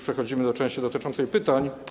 Przechodzimy już do części dotyczącej pytań.